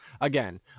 Again